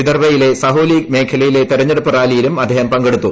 വിദർഭയിലെ സഹോലി മേഖലയിലെ തെരഞ്ഞെടുപ്പ് റാലിയിലും അദ്ദേഹം പങ്കെടുത്തു